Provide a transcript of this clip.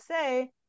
say